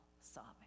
sobbing